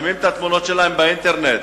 שמים את התמונות שלהם באינטרנט,